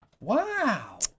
Wow